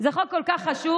זה חוק כל כך חשוב,